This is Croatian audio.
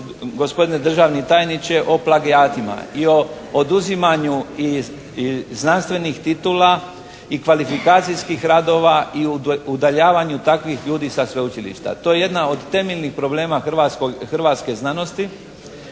gospodine državni tajniče, o plagijatima i o oduzimanju i znanstvenih titula i kvalifikacijskih radova i udaljavanju takvih ljudi sa sveučilišta. To je jedna od temeljnih problema hrvatske znanosti.